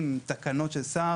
עם תקנות של שר